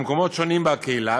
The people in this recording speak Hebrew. במקומות שונים בקהילה,